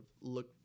look